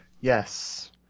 yes